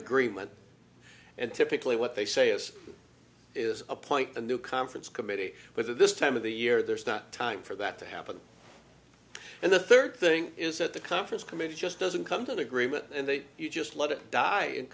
agreement and typically what they say is is appoint the new conference committee but at this time of the year there's not time for that to happen and the third thing is that the conference committee just doesn't come to an agreement and they just let it die in